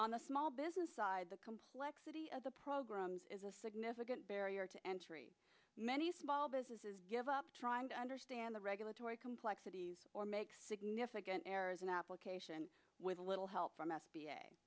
the small business side the complexity of the programs is a significant barrier to entry many small businesses give up trying to understand the regulatory complexities or make significant errors in application with a little help from s